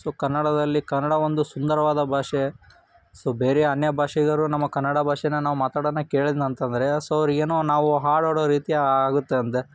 so ಕನ್ನಡದಲ್ಲಿ ಕನ್ನಡ ಒಂದು ಸುಂದರವಾದ ಭಾಷೆ ಸೊ ಬೇರೆ ಅನ್ಯ ಭಾಷಿಗರು ನಮ್ಮ ಕನ್ನಡ ಭಾಷೇನ ನಾವು ಮಾತಾಡೋದನ್ನ ಕೇಳಿದ್ರ್ ಅಂತಂದರೆ ಸೊ ಅವ್ರಿಗೇನೋ ನಾವು ಹಾಡು ಹಾಡೋ ರೀತಿ ಆಗುತ್ತಂತೆ